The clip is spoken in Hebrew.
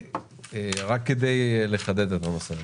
רק כדי לחדד את הנושא הזה.